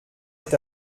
est